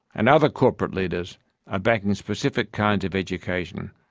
and other corporate leaders are backing specific kinds of education,